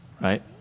right